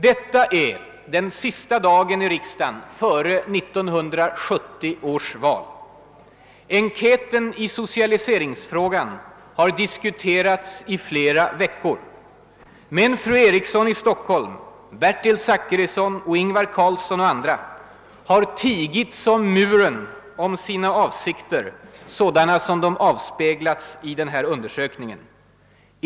Detta är den sista dagen i riksdagen före 1970 års val. Enkäten i socialiseringsfrågan har diskuterats i flera veckor. Men Nancy Eriksson, Bertil Zachrisson och Ingvar Carlsson och andra har tigit som muren om sina avsikter såsom de avspeglats i den här undersökningen.